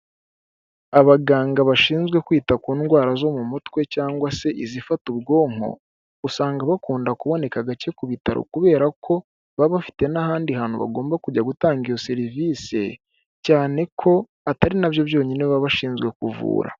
Abaganga bashinzwe kwita ku ndwara zo mu mutwe cyangwa se izifata ubwonko, usanga bakunda kuboneka gake ku bitaro kubera ko baba bafite n'ahandi hantu bagomba kujya gutanga iyo serivise, cyane ko atari nabyo byonyine baba bashinzwe kuvura.